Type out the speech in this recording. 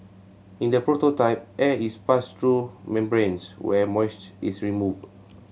in the prototype air is passed through membranes where moisture is removed